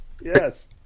yes